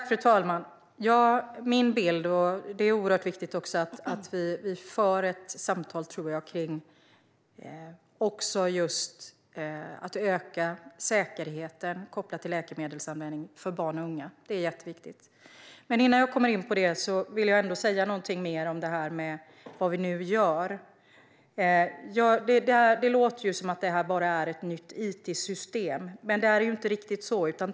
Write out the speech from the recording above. Fru talman! Det är oerhört viktigt att vi för ett samtal om att öka säkerheten kopplat till läkemedelsanvändningen för barn och unga. Det är jätteviktigt. Men innan jag kommer in på det vill jag säga någonting mer om vad vi nu gör. Det låter som att det bara är ett nytt it-system, men det är inte riktigt så.